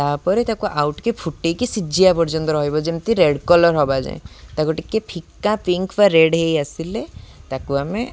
ତା'ପରେ ତାକୁ ଆଉ ଟିକେ ଫୁଟାଇକି ସିଝିବା ପର୍ଯ୍ୟନ୍ତ ରହିବ ଯେମିତି ରେଡ଼୍ କଲର୍ ହେବା ଯାଏଁ ତାକୁ ଟିକେ ଫିକା ପିଙ୍କ ବା ରେଡ଼୍ ହେଇ ଆସିଲେ ତାକୁ ଆମେ